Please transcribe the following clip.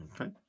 Okay